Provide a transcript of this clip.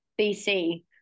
BC